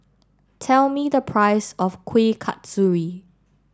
tell me the price of Kuih Kasturi